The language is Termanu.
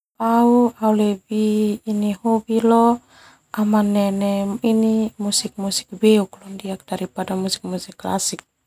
Hobi amanene musik-musik beuk daripada musik-musik klasik.